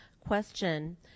Question